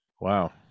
Wow